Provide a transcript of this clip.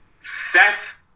Seth